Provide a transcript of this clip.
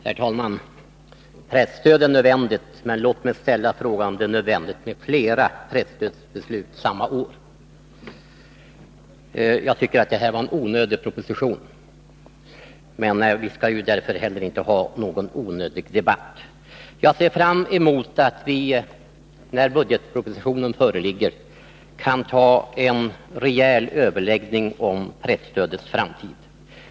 Herr talman! Presstöd är nödvändigt, men låt mig ställa frågan om det är nödvändigt med flera presstödsbeslut samma år. Jag tycker att detta var en onödig proposition. Vi skall därför inte heller ha någon onödig debatt. Jag ser fram emot att vi, när budgetpropositionen föreligger, kan ta en rejäl överläggning om presstödets framtid.